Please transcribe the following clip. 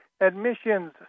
admissions